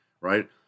right